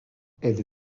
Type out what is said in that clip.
elle